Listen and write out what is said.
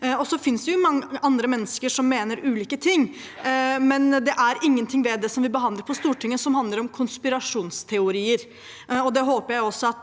Så finnes det jo andre mennesker som mener ulike ting, men det er ingenting av det som vi behandler på Stortinget, som handler om konspirasjonsteorier,